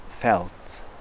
felt